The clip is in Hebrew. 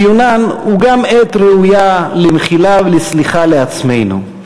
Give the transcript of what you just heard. ציונן הוא גם עת ראויה למחילה ולסליחה לעצמנו,